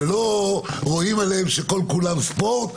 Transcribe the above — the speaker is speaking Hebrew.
ולא רואים עליהם שכל כולם ספורט,